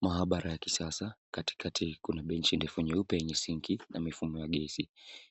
Mahabara ya kisasa, katikati kuna benchi ndefu nyeupe yenye sinki na mifumo ya gesi,